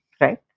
right